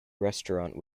restaurant